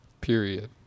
Period